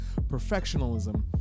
perfectionism